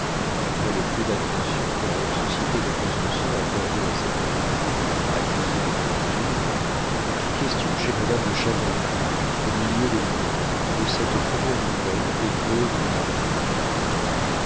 malgré le peu d'attention que la haute société de besançon accordait à cette revue accusée de libéralisme il fut question chez madame de chavoncourt au milieu de l'hiver de cette première nouvelle éclose dans la comté